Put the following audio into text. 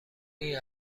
این